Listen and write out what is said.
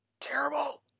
terrible